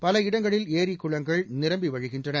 பல இடங்களில் ஏரி குளங்கள் நிரம்பி வழிகின்றன